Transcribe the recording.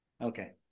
okay